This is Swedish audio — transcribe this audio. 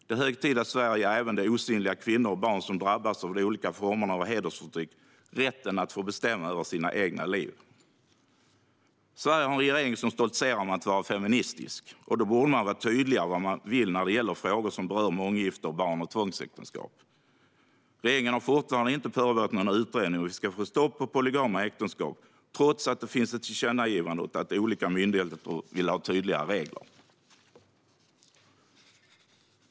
Det är hög tid att Sverige ger även de osynliga kvinnor och barn som drabbas av olika former av hedersförtryck rätten att bestämma över sina egna liv. Sverige har en regering som stoltserar med att vara feministisk. Då borde man vara tydlig med vad man vill när det gäller frågor som berör månggifte och barn i tvångsäktenskap. Regeringen har fortfarande inte påbörjat någon utredning av hur vi ska få stopp på polygama äktenskap, trots att det finns ett tillkännagivande och trots att olika myndigheter vill ha tydligare regler.